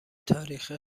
تاریخ